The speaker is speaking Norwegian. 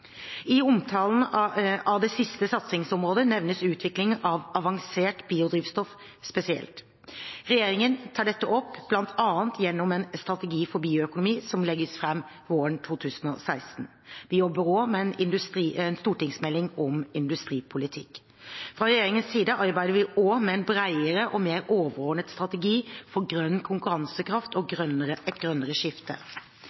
I omtalen av det siste satsingsområdet nevnes utvikling av avansert biodrivstoff spesielt. Regjeringen tar dette opp bl.a. gjennom en strategi for bioøkonomi som legges fram våren 2016. Vi jobber også med en stortingsmelding om industripolitikk. Fra regjeringens side arbeider vi også med en bredere og mer overordnet strategi for grønn konkurransekraft og et grønnere skifte.